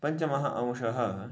पञ्चमः अंशः